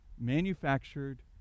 manufactured